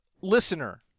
listener